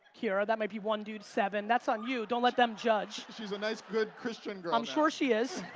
kiara. that might be one dude, seven. that's on you don't let them judge. she's a nice, good christian girl now i'm sure she is.